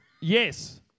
Yes